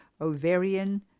ovarian